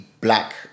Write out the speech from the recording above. black